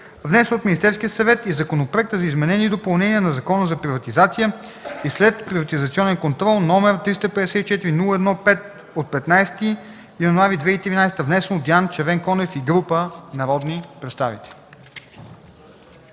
внесен от Министерския съвет, и Законопроект за изменение и допълнение на Закона за приватизация и следприватизационен контрол, № 354-01-5 от 15 януари 2013 г., внесен от Диан Червенкондев и група народни представители.”